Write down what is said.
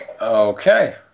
Okay